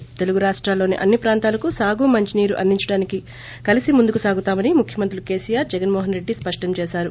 ి తెలుగు రాష్టాల్లోని అన్ని ప్రాంతాలకు సాగు మంచినీరు అందించడానికి కలిసి ముందుకు స్తాగుతామని ముఖ్యమంత్రులు కెసీఆర్ జగన్మోహన్రెడ్డి స్పష్టం చేశారు